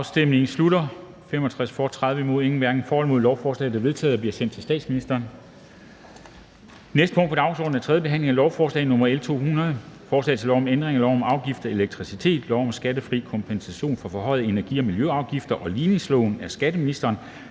hverken for eller imod stemte 0. Lovforslaget er vedtaget og bliver sendt til statsministeren. --- Det næste punkt på dagsordenen er: 34) 3. behandling af lovforslag nr. L 200: Forslag til lov om ændring af lov om afgift af elektricitet, lov om skattefri kompensation for forhøjede energi- og miljøafgifter og ligningsloven. (Nedsættelse